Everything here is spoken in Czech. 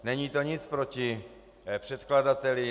Není to nic proti předkladateli.